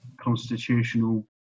constitutional